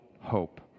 hope